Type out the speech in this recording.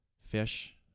fish